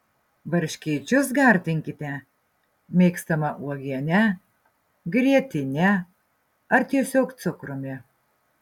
varškėčius gardinkite mėgstama uogiene grietine ar tiesiog cukrumi